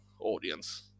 audience